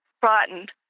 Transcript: frightened